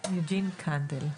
יוג'ין קנדל.